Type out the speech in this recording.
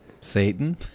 Satan